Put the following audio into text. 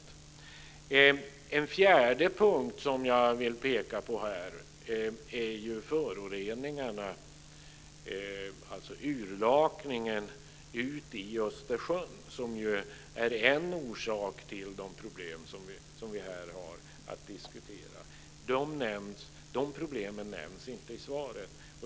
För det fjärde vill jag peka på föroreningarna, alltså urlakningen ut i Östersjön, som är en orsak till de problem som vi här har att diskutera. De problemen nämns inte i svaret.